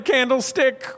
Candlestick